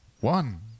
One